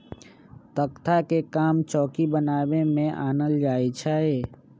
तकख्ता के काम चौकि बनाबे में आनल जाइ छइ